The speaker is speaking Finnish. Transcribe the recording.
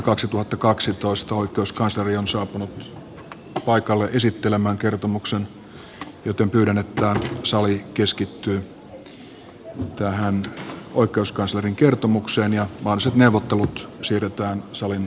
oikeuskansleri on saapunut paikalle esittelemään kertomuksen joten pyydän että sali keskittyy tähän oikeuskanslerin kertomukseen ja mahdolliset neuvottelut siirretään salin ulkopuolelle